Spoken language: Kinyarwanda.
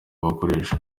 bakoresha